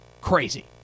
crazy